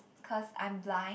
cause I'm blind